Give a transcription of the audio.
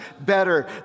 better